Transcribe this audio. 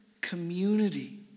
community